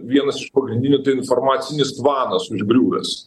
vienas iš pagrindinių tai informacinis tvanas užgriuvęs